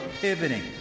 pivoting